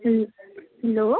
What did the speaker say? hello